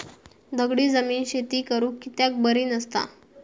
दगडी जमीन शेती करुक कित्याक बरी नसता?